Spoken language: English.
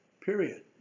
period